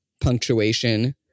punctuation